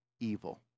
evil